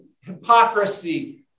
hypocrisy